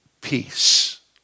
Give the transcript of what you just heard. peace